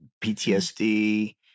PTSD